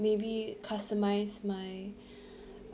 maybe customise my